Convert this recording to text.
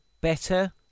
better